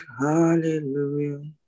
Hallelujah